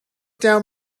down